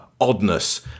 oddness